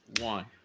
one